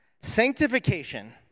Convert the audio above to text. Sanctification